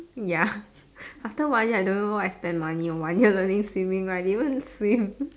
ya after one year I don't even know what I'm spending money one I'm learning swimming right but I didn't even swim